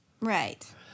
Right